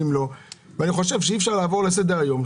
אי-אפשר לעבור לסדר-היום.